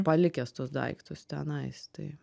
palikęs tuos daiktus tenais tai